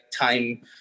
time